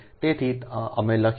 તેથી અમે લખી શકીએ છીએʎa 0